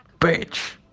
Bitch